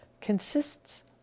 consists